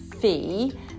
fee